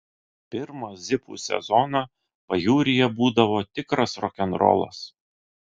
pirmą zipų sezoną pajūryje būdavo tikras rokenrolas